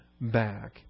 back